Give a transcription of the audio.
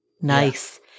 Nice